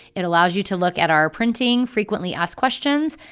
it allows you to look at our printing frequently asked questions,